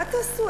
מה תעשו?